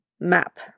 Map